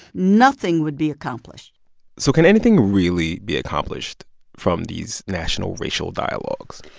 nothing would be accomplished so can anything really be accomplished from these national racial dialogues?